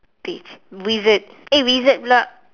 bitch wizard eh wizard pula